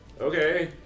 okay